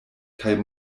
kaj